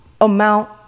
amount